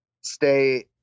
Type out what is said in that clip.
stay